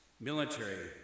military